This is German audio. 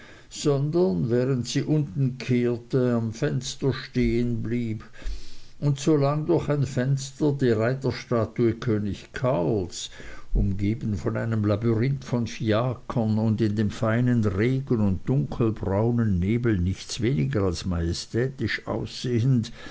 sondern während sie unten kehrte am fenster stehen blieb und so lang durch ein fenster die reiterstatue könig karls umgeben von einem labyrinth von fiakern und in dem feinen regen und dunkelbraunen nebel nichts weniger als majestätisch aussehend